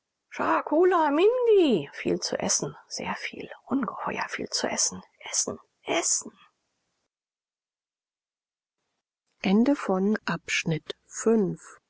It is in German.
viel zu essen sehr viel ungeheuer viel zu essen essen essen